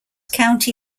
county